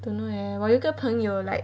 don't know leh 我有个朋友 like